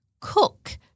cook